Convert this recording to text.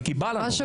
זה מצוין, אל תחסכו.